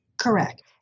Correct